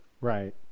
Right